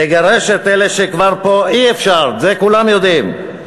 לגרש את אלה שכבר פה, אי-אפשר, את זה כולם יודעים.